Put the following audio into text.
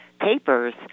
papers